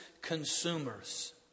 consumers